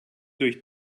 durch